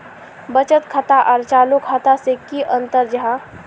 बचत खाता आर चालू खाता से की अंतर जाहा?